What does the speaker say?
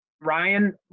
Ryan